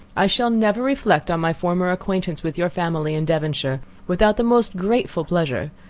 i shall never reflect on my former acquaintance with your family in devonshire without the most grateful pleasure,